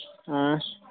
آ